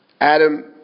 Adam